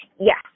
Yes